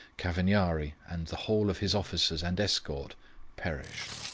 cavagnari and the whole of his officers and escort perished.